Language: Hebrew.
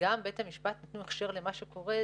וגם בית המשפט נתנו הכשר למה שקורה,